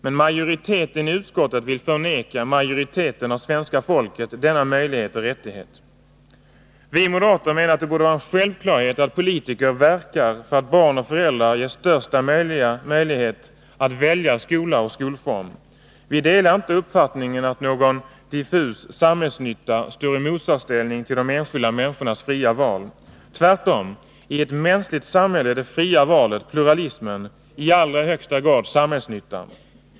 Men majoriteten i utskottet vill förmena majoriten av svenska folket denna möjlighet och rättighet. Vi moderater menar att det borde vara en självklarhet att politiker verkar för att barn och föräldrar ges största tänkbara möjlighet att välja skola och skolform. Vi delar inte uppfattningen att någon diffus samhällsnytta står i motsatsställning till de enskilda människornas fria val. Tvärtom, i ett mänskligt samhälle är det fria valet, pluralismen, i allra högsta grad samhällsnytta.